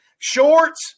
Shorts